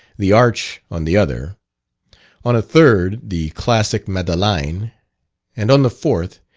the arch on the other on a third, the classic madeleine and on the fourth,